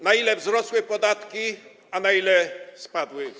Na ile wzrosły podatki, a na ile spadły?